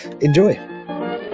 enjoy